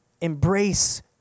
embrace